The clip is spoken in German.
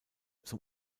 zum